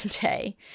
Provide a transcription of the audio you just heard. day